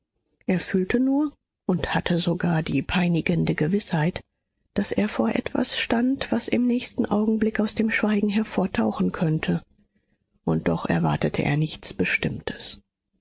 er fühlte nur und hatte sogar die peinigende gewißheit daß er vor etwas stand was im nächsten augenblick aus dem schweigen hervortauchen könnte und doch erwartete er nichts bestimmtes